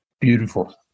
Beautiful